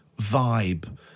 vibe